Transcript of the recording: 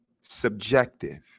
subjective